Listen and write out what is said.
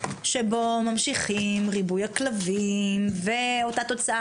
מצב שבו ממשיך ריבוי הכלבים ואותה תוצאה